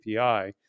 API